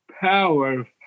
power